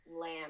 lamb